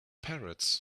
parrots